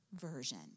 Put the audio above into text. version